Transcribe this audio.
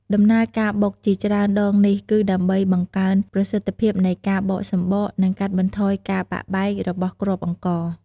ដំណើរការបុក ជាច្រើនដងនេះ គឺដើម្បីបង្កើនប្រសិទ្ធភាពនៃការបកសម្បក និងកាត់បន្ថយការបាក់បែករបស់គ្រាប់អង្ករ។